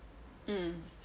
um